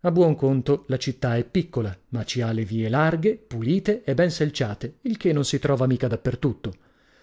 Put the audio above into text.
a buon conto la città è piccola ma ci ha le vie larghe pulite e ben selciate il che non si trova mica da per tutto